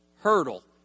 hurdle